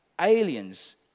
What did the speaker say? aliens